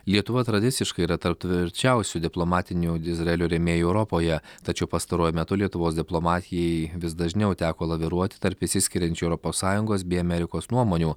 lietuva tradiciškai yra tarp tvirčiausių diplomatinių izraelio rėmėjų europoje tačiau pastaruoju metu lietuvos diplomatijai vis dažniau teko laviruoti tarp išsiskiriančių europos sąjungos bei amerikos nuomonių